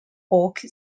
oak